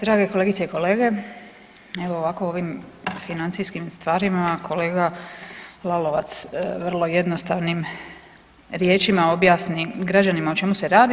Drage kolegice i kolege, evo ovako o ovim financijskim stvarima kolega Lalovac vrlo jednostavnim riječima objasni građanima o čemu se radi.